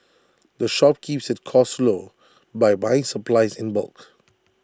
the shop keeps its costs low by buying supplies in bulk